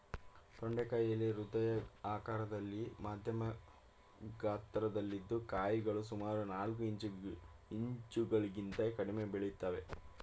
ತೊಂಡೆಕಾಯಿ ಎಲೆ ಹೃದಯ ಆಕಾರದಲ್ಲಿ ಮಧ್ಯಮ ಗಾತ್ರದಲ್ಲಿದ್ದು ಕಾಯಿಗಳು ಸುಮಾರು ನಾಲ್ಕು ಇಂಚುಗಳಿಗಿಂತ ಕಡಿಮೆ ಬೆಳಿತವೆ